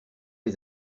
les